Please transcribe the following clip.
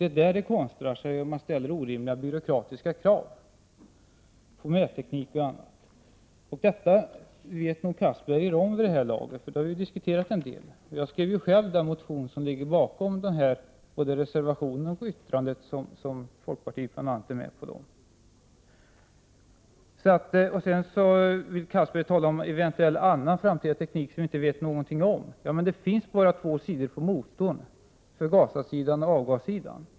Det är där det konstrar sig och man ställer orimliga byråkratiska krav på mätteknik och annat. Detta vet nog Anders Castberger om vid det här laget, för det har diskuterats en del, och jag skrev själv den motion som ligger bakom både reservationen och yttrandet som bl.a. folkpartiet är med på. Anders Castberger talar om eventuell annan framtida teknik som vi inte vet någonting om. Ja, men det finns bara två sidor på motorn — förgasarsidan och avgassidan.